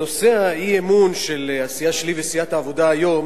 נושא האי-אמון של הסיעה שלי וסיעת העבודה היום